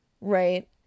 right